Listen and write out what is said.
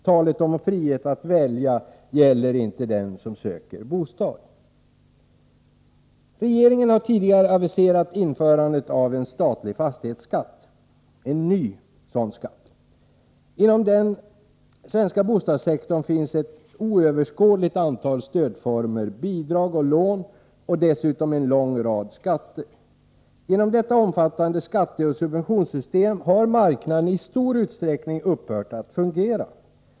Talet om frihet att välja gäller inte den som söker bostad. Regeringen har tidigare aviserat införandet av en ny statlig fastighetsskatt. Inom den svenska bostadssektorn finns ett oöverskådligt antal stödformer — bidrag och lån — och dessutom en lång rad skatter. Genom detta omfattande skatteoch subventionssystem har marknaden i stor utsträckning upphört att fungera.